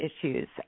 issues